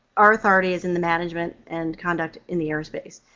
our authority is in the management and conduct in the airspace.